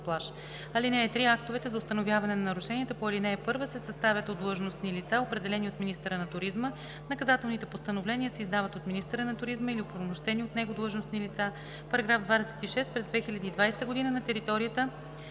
плаж. (3) Актовете за установяване на нарушенията по ал. 1 се съставят от длъжностни лица, определени от министъра на туризма. Наказателните постановления се издават от министъра на туризма или оправомощени от него длъжностни лица. § 26. През 2020 г. на територията